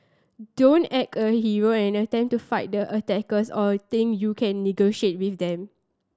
don't act a hero and attempt to fight the attackers or think you can negotiate with them